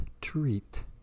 treat